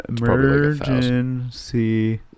Emergency